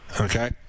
Okay